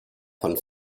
von